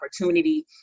opportunity